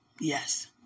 Yes